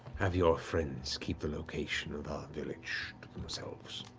have your friends keep the location of our village to themselves.